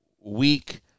week